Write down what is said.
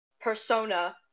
persona